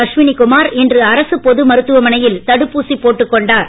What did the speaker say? அஸ்வினி குமார் இன்று அரசுப் பொது மருத்துவமனையில் தடுப்பூசி போட்டுக் கொண்டார்